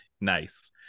Nice